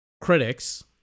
Critics